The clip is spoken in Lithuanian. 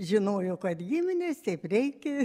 žinojo kad giminės taip reikia